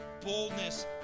boldness